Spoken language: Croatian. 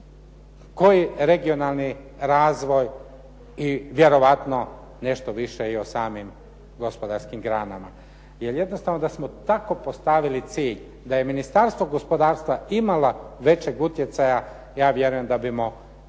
koji regionalni razvoj i vjerojatno nešto više i o samim gospodarskim granama. Jer jednostavno da smo tako postavili cilj da je Ministarstvo gospodarstva imala većeg utjecaja ja vjerujem da bismo